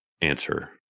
Answer